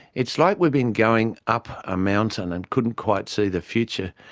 it's like we've been going up a mountain and couldn't quite see the future,